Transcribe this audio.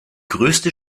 größte